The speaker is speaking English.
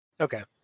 Okay